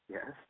Yes